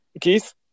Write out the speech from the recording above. Keith